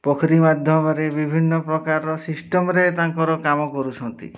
ପୋଖରୀ ମାଧ୍ୟମରେ ବିଭିନ୍ନ ପ୍ରକାରର ସିଷ୍ଟମ୍ରେ ତାଙ୍କର କାମ କରୁଛନ୍ତି